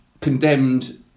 condemned